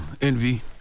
Envy